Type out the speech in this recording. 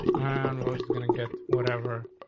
and we're just gonna get whatever,